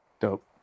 Dope